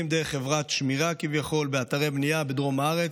דרך חברת "שמירה" כביכול באתרי בנייה בדרום הארץ,